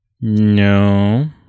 No